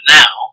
now